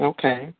Okay